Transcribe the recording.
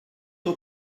aux